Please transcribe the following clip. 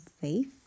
faith